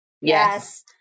Yes